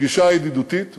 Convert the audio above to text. פגישה ידידותית וחשובה,